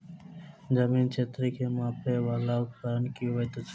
जमीन क्षेत्र केँ मापय वला उपकरण की होइत अछि?